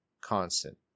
constant